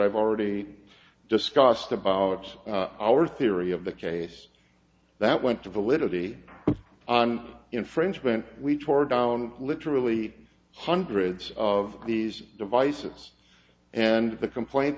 i've already discussed about our theory of the case that went to validity on infringement we tore down literally hundreds of these devices and the complaint